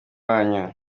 wanyu